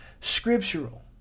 scriptural